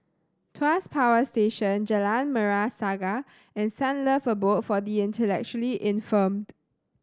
Tuas Power Station Jalan Merah Saga and Sunlove Abode for the Intellectually Infirmed